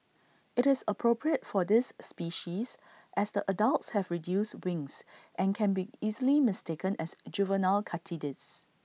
IT is appropriate for this species as the adults have reduced wings and can be easily mistaken as juvenile katydids